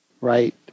Right